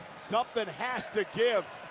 something has to give.